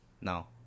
No